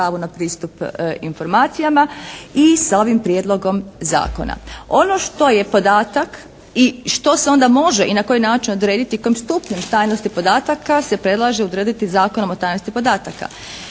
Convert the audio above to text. na pristup informacijama. I sa ovim Prijedlogom zakona. Ono što je podatak i što se onda može i na koji način odrediti, kojim stupnjem tajnosti podataka se predlaže odrediti Zakonom o tajnosti podataka.